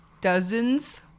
Dozens